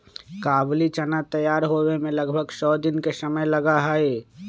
काबुली चना तैयार होवे में लगभग सौ दिन के समय लगा हई